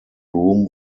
room